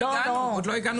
עוד לא הגענו לזה.